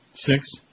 Six